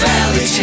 Valley